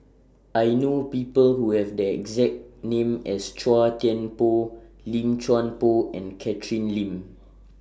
I know People Who Have The exact name as Chua Thian Poh Lim Chuan Poh and Catherine Lim